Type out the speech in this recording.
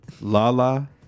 lala